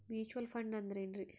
Mutual fund ಅಂದ್ರೆನ್ರಿ?